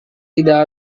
tidak